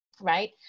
right